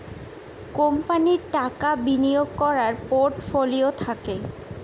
কোম্পানির টাকা বিনিয়োগ করার পোর্টফোলিও থাকে